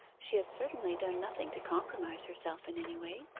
she has certainly done nothing to compromise herself in any way.